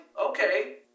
okay